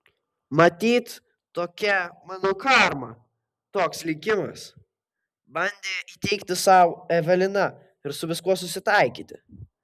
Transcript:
matyt tokia mano karma toks likimas bandė įteigti sau evelina ir su viskuo susitaikyti